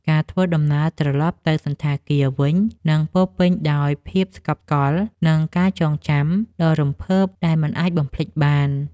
ការធ្វើដំណើរត្រឡប់ទៅសណ្ឋាគារវិញនឹងពោរពេញដោយភាពស្កប់ស្កល់ និងការចងចាំដ៏រំភើបដែលមិនអាចបំភ្លេចបាន។